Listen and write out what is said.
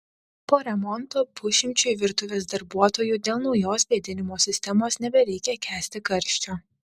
po remonto pusšimčiui virtuvės darbuotojų dėl naujos vėdinimo sistemos nebereikia kęsti karščio